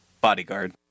Bodyguard